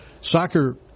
soccer